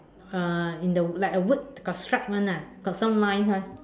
uh in the like a wood got stripe [one] got some lines [one]